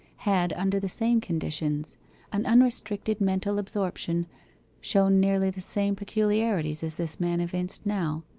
had, under the same conditions an unrestricted mental absorption shown nearly the same peculiarities as this man evinced now.